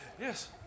Yes